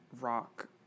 rock